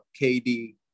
KD